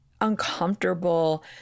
uncomfortable